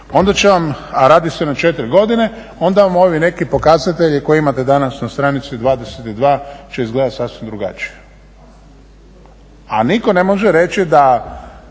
onda će vam, a radi se na četiri godine, onda vam ovi neki pokazatelji koje imate danas na stranici 22. će izgledati sasvim drugačije. A nitko ne može reći da